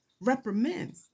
reprimand